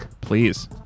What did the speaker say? Please